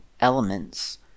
elements